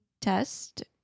test